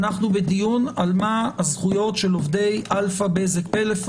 אנחנו בדיון על מה הזכויות של עובדי אלפא-בזק-פלאפון,